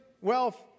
wealth